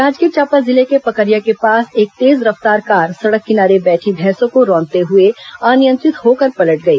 जांजगीर चांपा जिले के पकरिया के पास एक तेज रफ्तार कार सड़क किनारे बैठे भैंसों को रौंदते हुए अनियंत्रित होकर पलट गई